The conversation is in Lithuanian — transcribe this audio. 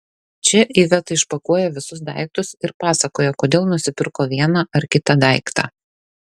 čia iveta išpakuoja visus daiktus ir pasakoja kodėl nusipirko vieną ar kitą daiktą